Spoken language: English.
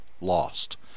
lost